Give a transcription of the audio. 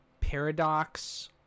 Paradox